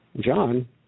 John –